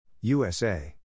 USA